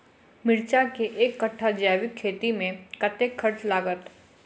मिर्चा केँ एक कट्ठा जैविक खेती मे कतेक खर्च लागत?